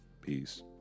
Peace